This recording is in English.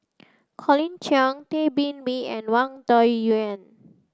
Colin Cheong Tay Bin Wee and Wang Dayuan